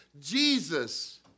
Jesus